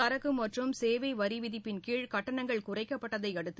சரக்கு மற்றும் சேவை வரி விதிப்பின் கீழ் கட்டணங்கள் குறைக்கப்பட்டதை அடுத்து